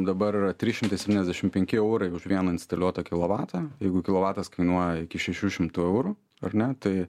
dabar yra trys šimtai septyniasdešim penki eurai už vieną instaliuotą kilovatą jeigu kilovatas kainuoja iki šešių šimtų eurų ar ne tai